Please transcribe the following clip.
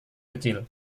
kecil